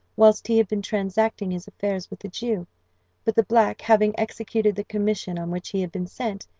whilst he had been transacting his affairs with the jew but the black, having executed the commission on which he had been sent,